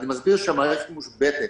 אני מסביר שהמערכת מושבתת,